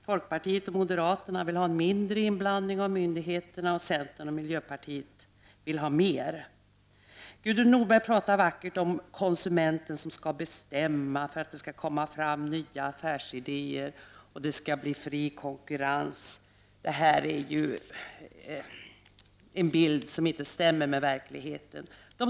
Folkpartiet och moderaterna vill ha mindre inblandning av myndigheter, och centern och miljöpartiet vill ha mer. Gudrun Norberg talar vackert om konsumenten som skall bestämma för att det skall komma fram nya affärsidéer och för att det skall bli fri konkurrens. Detta är en bild som inte stämmer med verkligheten, Gudrun Norberg.